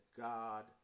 god